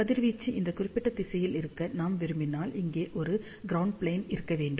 கதிர்வீச்சு இந்த குறிப்பிட்ட திசையில் இருக்க நாம் விரும்பினால் இங்கே ஒரு க்ரௌண்ட் ப்ளேன் இருக்க வேண்டும்